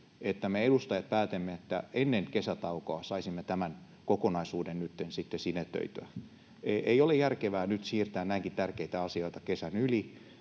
että me edustajat päätämme, että ennen kesätaukoa saisimme tämän kokonaisuuden nytten sinetöityä. Ei ole järkevää nyt siirtää näinkin tärkeitä asioita kesän yli,